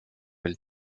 will